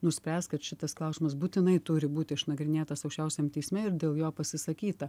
nuspręs kad šitas klausimas būtinai turi būti išnagrinėtas aukščiausiam teisme ir dėl jo pasisakyta